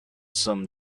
some